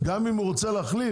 גם אם הוא רוצה להחליף,